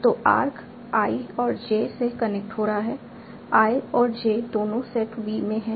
तो arc i और j से कनेक्ट हो रहा है i और j दोनों सेट V में हैं